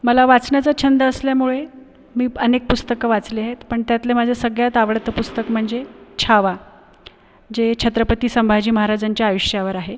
मला वाचनाचा छंद असल्यामुळे मी अनेक पुस्तकं वाचलीत पण त्यातलं माझं सगळ्यात आवडतं पुस्तक म्हणजे छावा जे छत्रपती संभाजी महाराजांच्या आयुष्यावर आहे